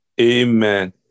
Amen